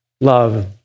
love